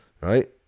right